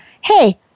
Hey